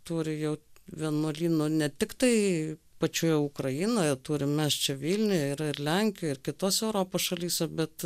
turi jau vienuolynų ne tiktai pačioje ukrainoje turim mes čia vilniuje yra ir lenkijoj ir kitose europos šalyse bet